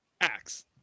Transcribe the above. axe